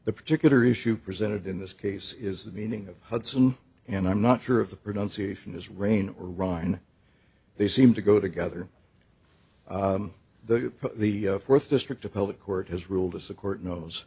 the particular issue presented in this case is the meaning of hudson and i'm not sure of the pronunciation is rain or rhine they seem to go together the the th district appellate court has ruled as the court knows